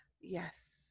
Yes